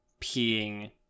peeing